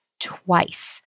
twice